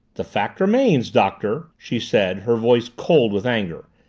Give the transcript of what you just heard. the fact remains, doctor, she said, her voice cold with anger,